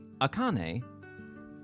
Akane